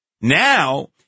Now